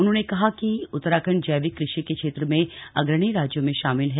उन्होंने कहा कि उत्तराखण्ड जैविक कृषि के क्षेत्र में अग्रणी राज्यों में शामिल है